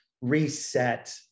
reset